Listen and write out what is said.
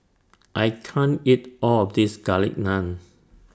I can't eat All of This Garlic Naan